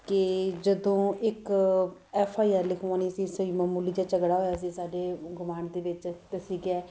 ਕਿ ਜਦੋਂ ਇੱਕ ਐੱਫ ਆਈ ਆਰ ਲਿਖਵਾਉਣੀ ਸੀ ਸਹੀ ਮਮੂਲੀ ਜਿਹਾ ਝਗੜਾ ਹੋਇਆ ਸੀ ਸਾਡੇ ਗੁਆਂਢ ਦੇ ਵਿੱਚ ਅਸੀਂ ਕਿਹਾ